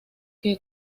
que